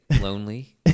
lonely